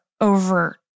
over